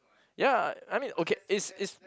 ya I mean okay is is